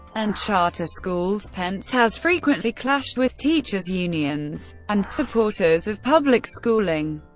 and charter schools, pence has frequently clashed with teachers unions and supporters of public schooling.